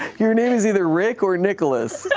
your name is either rick or nicholas.